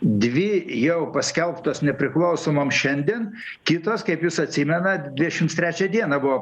dvi jau paskelbtos nepriklausomom šiandien kitos kaip jūs atsimenat dvidešims trečią dieną buvo